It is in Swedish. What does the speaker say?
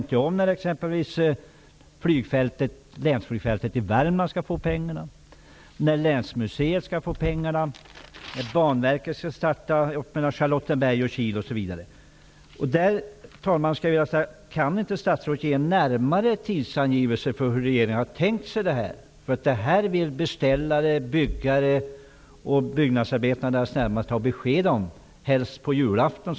Det framgår inte när länsflygfältet i Värmland skall få pengarna, när länsmuseet skall få pengarna och när Banverket skall starta sitt arbete mellan Charlottenberg och Kil, osv. Kan inte statsrådet ge närmare tidsangivelser för hur regeringen har tänkt sig det hela? Beställare, byggare och byggnadsarbetare vill ha besked -- helst på julafton.